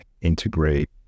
integrate